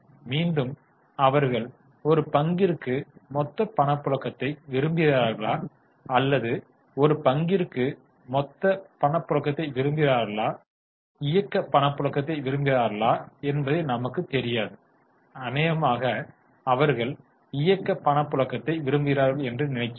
மீண்டும் அவர்கள் ஒரு பங்கிற்கு மொத்த பணப்புழக்கத்தை விரும்புகிறீர்களா அல்லது ஒரு பங்கிற்கு இயக்க பணப்புழக்கத்தை விரும்புகிறார்களா என்பது நமக்குத் தெரியாது அநேகமாக அவர்கள் இயக்க பணப்புழக்கத்தை விரும்புகிறார்கள் என்று நினைக்கிறேன்